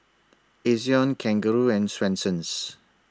Ezion Kangaroo and Swensens